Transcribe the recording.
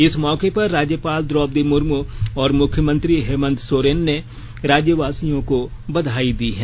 इस मौके पर राज्यपाल द्रौपदी मुर्मू और मुख्यमंत्री हेमंत सोरेन ने राज्यवासियों को बधाई दी है